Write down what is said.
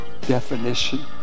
definition